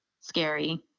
scary